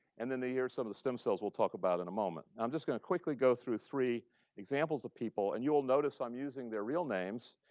and then here are some of the stem cells we'll talk about in a moment. i'm just going to quickly go through three examples of people. and you'll notice i'm using their real names.